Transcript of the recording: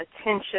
attention